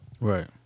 Right